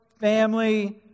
family